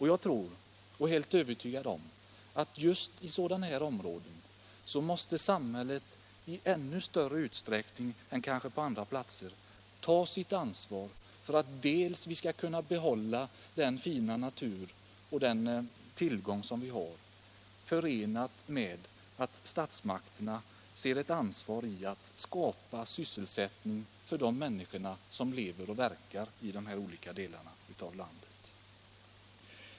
Jag är helt övertygad om att just i sådana här områden måste samhället i kanske ännu större utsträckning än på andra platser ta sitt ansvar för att vi skall kunna behålla den fina naturen samtidigt som sättningsmöjlighe det skapas sysselsättning för de människor som lever och verkar i de här trakterna.